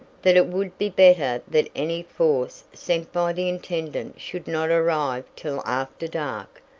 that it would be better that any force sent by the intendant should not arrive till after dark,